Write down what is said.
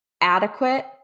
adequate